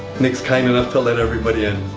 nick's kind enough to let everybody in.